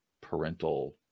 parental